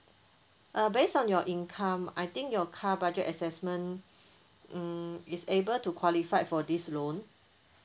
uh based on your income I think your car budget assessment um is able to qualified for this loan